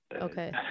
Okay